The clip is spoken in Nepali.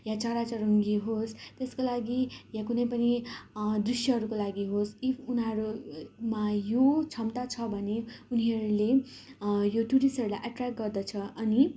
या चराचुरुङ्गी होस् त्यसको लागि या कुनै पनि दृश्यहरूको लागि होस् इफ उनीहरूमा यो क्षमता छ भने उनीहरूले यो टुरिस्टहरूलाई एट्रेक गर्दछ अनि